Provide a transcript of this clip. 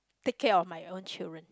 take care of my own children